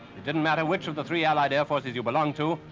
didn't matter which of the three allied forces you belonged to.